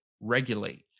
regulate